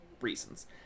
reasons